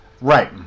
Right